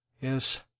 Yes